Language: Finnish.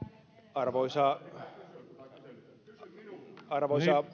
arvoisa arvoisa